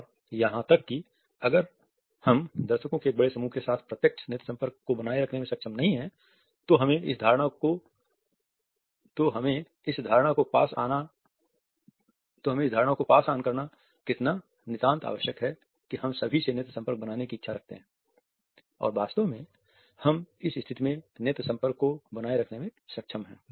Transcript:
और यहां तक कि अगर हम दर्शकों के एक बड़े समूह के साथ प्रत्यक्ष नेत्र संपर्क को बनाए रखने में सक्षम नहीं हैं तो हमें इस धारणा को पास आन करना नितांत आवश्यक है कि हम सभी से नेत्र संपर्क बनाए रखने की इच्छा रखते हैं और वास्तव में हम इस स्थिति मे नेत्र संपर्क को बनाए रखने में सक्षम हैं